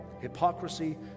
hypocrisy